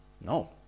No